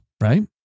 right